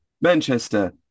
Manchester